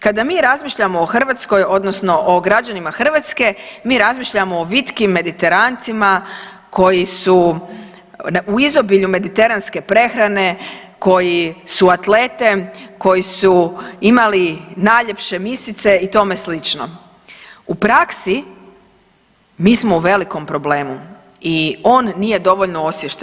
Kada mi razmišljamo o Hrvatskoj odnosno o građanima Hrvatske mi razmišljamo o vitkim Mediterancima koji su u izobilju mediteranske prehrane, koji su atlete, koji su imali najljepše misice i tome slično u praksi mi smo u velikom problemu i on nije dovoljno osviješten.